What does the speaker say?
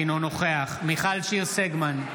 אינו נוכח מיכל שיר סגמן,